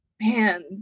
man